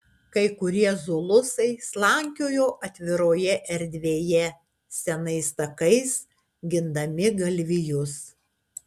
kai kurie zulusai slankiojo atviroje erdvėje senais takais gindami galvijus